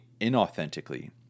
inauthentically